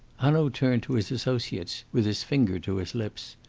hanaud turned to his associates with his finger to his lips.